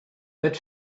but